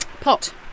pot